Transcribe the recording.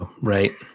Right